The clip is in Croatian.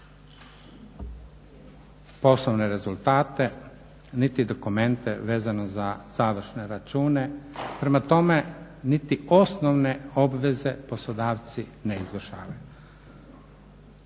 poslovne rezultate niti dokumente vezano za završne račune. Prema tome niti osnovne obveze poslodavci ne izvršavaju.